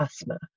asthma